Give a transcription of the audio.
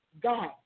God